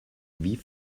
wie